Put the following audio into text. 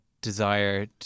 desire